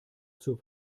zur